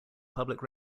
public